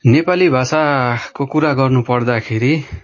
नेपाली भाषाको कुरा गर्नुपर्दाखेरि